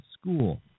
school